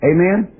Amen